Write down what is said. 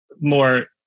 more